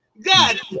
God